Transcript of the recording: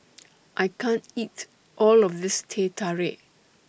I can't eat All of This Teh Tarik